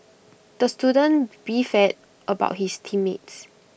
the student beefed about his team mates